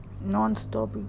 non-stop